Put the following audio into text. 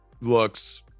looks